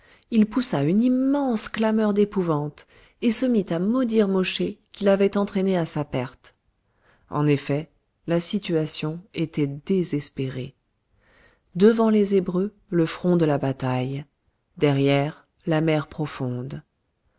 il poussa une immense clameur d'épouvante et se mit à maudire mosché qui l'avait entraîné à sa perte en effet la situation était désespérée devant les hébreux le front de la bataille derrière la mer profonde